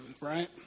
right